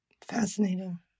fascinating